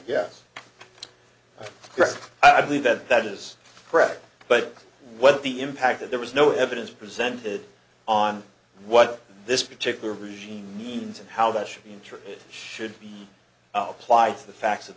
yes i believe that that is correct but what the impact that there was no evidence presented on what this particular regime means and how that should be interpreted should be applied to the facts of